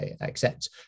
accept